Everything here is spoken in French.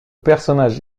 personnage